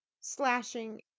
slashing